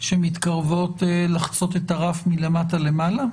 שמתקרבות לחצות את הרף מלמטה למעלה?